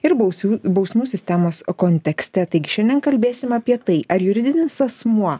ir bausių bausmių sistemos kontekste taigi šiandien kalbėsim apie tai ar juridinis asmuo